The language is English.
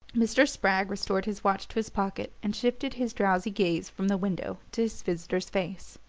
mr. spragg restored his watch to his pocket and shifted his drowsy gaze from the window to his visitor's face.